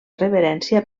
reverència